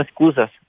excusas